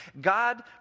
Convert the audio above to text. God